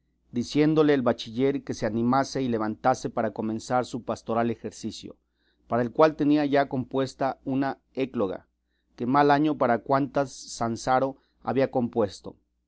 diciéndole el bachiller que se animase y levantase para comenzar su pastoral ejercicio para el cual tenía ya compuesta una écloga que mal año para cuantas sanazaro había compuesto